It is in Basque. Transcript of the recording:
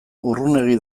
urrunegi